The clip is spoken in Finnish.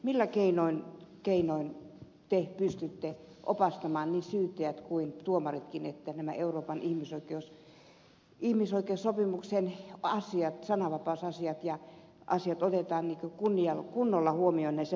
millä keinoin te pystytte opastamaan niin syyttäjät kuin tuomaritkin että nämä euroopan ihmisoikeussopimuksen sananvapaus ja muut asiat otetaan kunnolla huomioon näissä päätöksissä